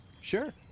Sure